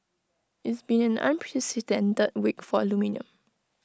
it's been an unprecedented that week for aluminium